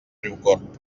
riucorb